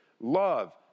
love